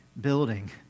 building